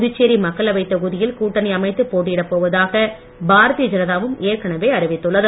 புதுச்சேரி மக்களவைத் தொகுதியில் கூட்டணி அமைத்து போட்டியிடப் போவதாக பாரதிய ஜனதாவும் ஏற்கனவே அறிவித்துள்ளது